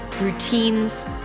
routines